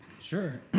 Sure